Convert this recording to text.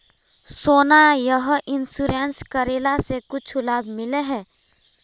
सोना यह इंश्योरेंस करेला से कुछ लाभ मिले है?